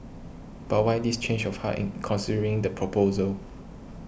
but why this change of heart in considering the proposal